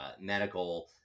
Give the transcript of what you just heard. medical